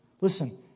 Listen